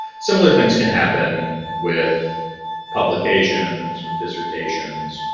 similar things can happen with publications, with dissertations,